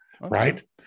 Right